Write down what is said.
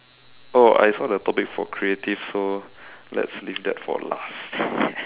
oh I saw the topic for creative so let's leave that for last